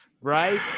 right